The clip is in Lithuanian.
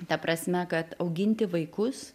ta prasme kad auginti vaikus